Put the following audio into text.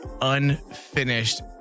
Unfinished